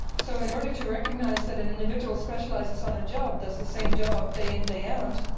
so in order to recognise that an individual specialises on a job, does the same job day in, day out,